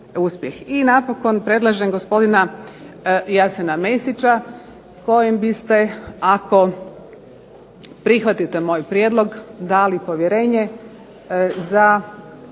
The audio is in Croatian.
I napokon, predlažem gospodina Jasena Mesića kojem biste ako prihvatite moj prijedlog dali povjerenje za